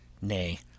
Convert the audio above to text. nay